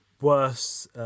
worse